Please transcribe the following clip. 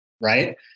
right